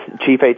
chief